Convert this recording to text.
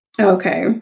Okay